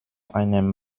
einem